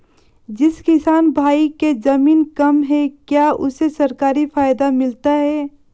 जिस किसान भाई के ज़मीन कम है क्या उसे सरकारी फायदा मिलता है?